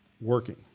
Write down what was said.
working